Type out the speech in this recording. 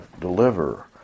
deliver